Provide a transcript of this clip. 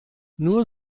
nur